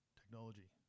technology